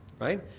right